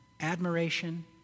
admiration